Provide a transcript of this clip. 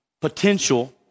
potential